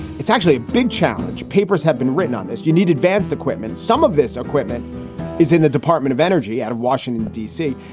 it's actually a big challenge. papers have been written on this. you need advanced equipment. some of this equipment is in the department of energy out of washington, d c.